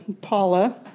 Paula